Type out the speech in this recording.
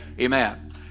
Amen